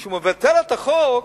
כשהוא מבטל את החוק,